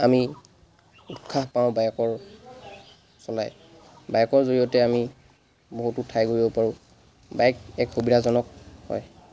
আমি উৎসাহ পাওঁ বাইকৰ চলাই বাইকৰ জৰিয়তে আমি বহুতো ঠাই ঘূৰিব পাৰোঁ বাইক এক সুবিধাজনক হয়